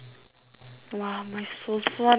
!wah! my 手酸 leh